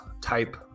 type